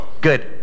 Good